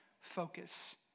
focus